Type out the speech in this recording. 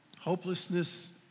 hopelessness